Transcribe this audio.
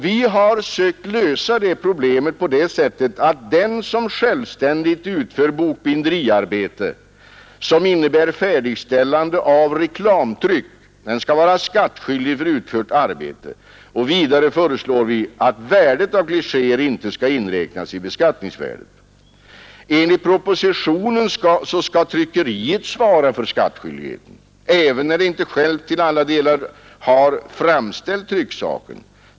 Vi har sökt lösa det problemet på det sättet att den som självständigt utför bokbinderiarbete, som innebär färdigställande av reklamtryck, skall vara skattskyldig för utfört arbete. Vidare föreslår vi att värdet av klichéer inte skall inräknas i beskattningsvärdet. Enligt propositionen skall tryckeriet svara för skattskyldigheten, även när det inte självt till alla delar framställt trycksaken.